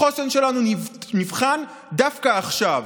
החוסן שלנו נבחן דווקא עכשיו.